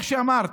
איך שאמרת,